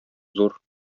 зур